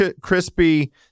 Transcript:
crispy